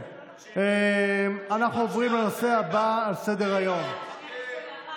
זה צריך להיות מתוחם